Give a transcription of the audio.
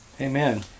Amen